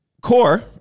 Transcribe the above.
core